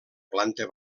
planta